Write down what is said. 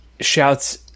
shouts